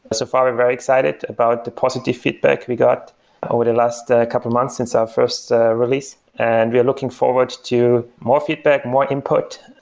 so far, we're very excited about the positive feedback we got over the last ah couple of months since our first release and we're looking forward to more feedback, more input.